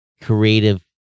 creative